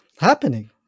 happening